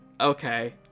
okay